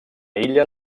illa